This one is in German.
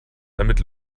damit